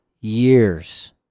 years